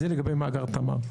זה לגבי מאגר תמר.